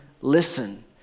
listen